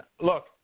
look